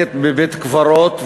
עוסקת בבית-קברות,